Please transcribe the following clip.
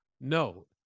No